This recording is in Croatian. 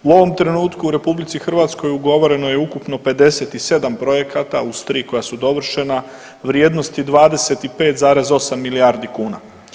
U ovom trenutku u RH ugovoreno je ukupno 57 projekata uz 3 koja su dovršena vrijednosti 25,8 milijardi kuna.